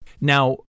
now